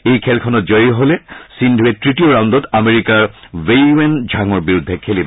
এই খেলখনত জয়ী হ'ল সিন্ধুৱে তৃতীয় ৰাউণ্ডত আমেৰিকাৰ বেইৱেন ঝাঙৰ বিৰুদ্ধে খেলিব